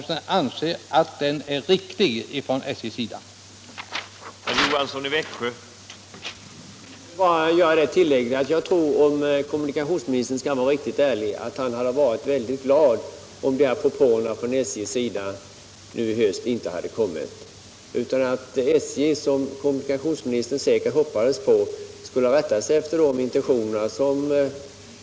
Anser kommunikationsministern att den är riktigt handlagd av SJ?